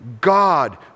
God